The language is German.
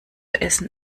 essen